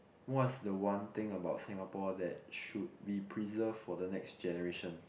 what's the one thing about Singapore that should be preserved for the next generation